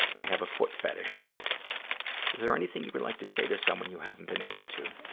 i have a foot fetish, too. is there anything you would like to say to somebody you haven't been able to?